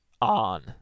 on